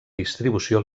distribució